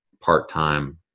part-time